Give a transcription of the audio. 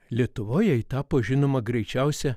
lietuvoje ji tapo žinoma greičiausia